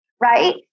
right